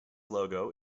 logo